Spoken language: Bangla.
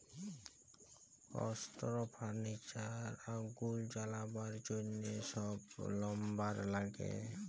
অস্ত্র, ফার্লিচার, আগুল জ্বালাবার জ্যনহ ছব লাম্বার ল্যাগে